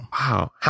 Wow